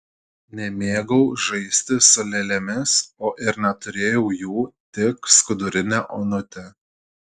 nemėgau žaisti su lėlėmis o ir neturėjau jų tik skudurinę onutę